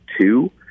two